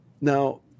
Now